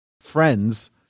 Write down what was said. friends